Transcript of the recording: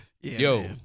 Yo